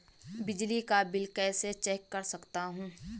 बिजली का बिल कैसे चेक कर सकता हूँ?